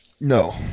no